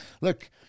Look